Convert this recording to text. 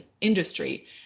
industry